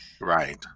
right